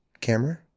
camera